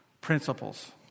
principles